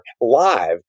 live